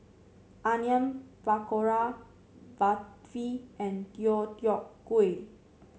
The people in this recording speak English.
Onion Pakora Barfi and Deodeok Gui